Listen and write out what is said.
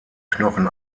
knochen